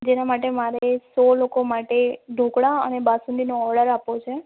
જેના માટે મારે સો લોકો માટે ઢોકળા અને બાસુંદીનો ઓર્ડર આપવો છે